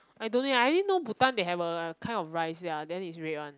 I don't I only know bhutan they have a kind of rice ya then it's red one